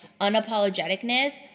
unapologeticness